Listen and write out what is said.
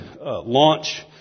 launch